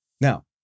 Now